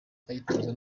ayitoza